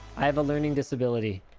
have a learning disability